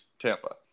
Tampa